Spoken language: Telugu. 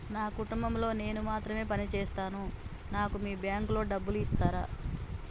నా కుటుంబం లో నేను మాత్రమే పని చేస్తాను నాకు మీ బ్యాంకు లో డబ్బులు ఇస్తరా?